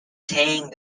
tang